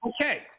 Okay